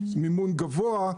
מימון גבוה,